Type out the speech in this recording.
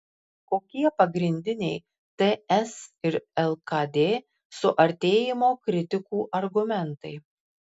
kokie pagrindiniai ts ir lkd suartėjimo kritikų argumentai